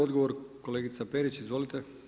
Odgovor kolegica Perić, izvolite.